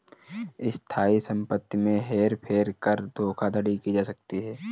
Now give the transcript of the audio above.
स्थायी संपत्ति में हेर फेर कर धोखाधड़ी की जा सकती है